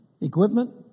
equipment